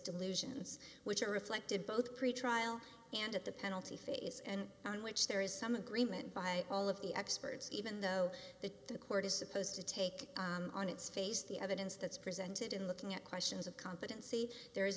delusions which are reflected both pretrial and at the penalty phase and on which there is some agreement by all of the experts even though the court is supposed to take on its face the evidence that's presented in looking at questions of competency there is